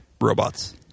robots